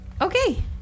Okay